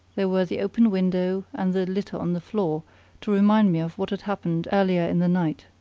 there were the open window and the litter on the floor to remind me of what had happened earlier in the night.